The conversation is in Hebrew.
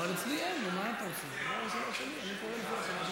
אצלי לא רשום, אצלי לא רשום, איפה כתוב בכלל גליק?